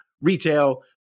retail